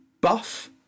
buff